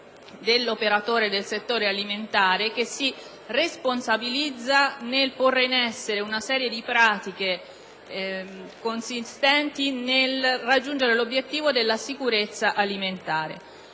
dell'operatore del settore alimentare, che si responsabilizza nel porre in essere una serie di pratiche consistenti nel raggiungere l'obiettivo della sicurezza alimentare.